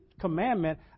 commandment